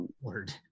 Word